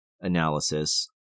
analysis